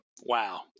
wow